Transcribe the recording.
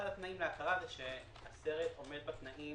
אחד התנאים להכרה זה שהסרט עומד בתנאים